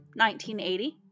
1980